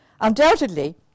Undoubtedly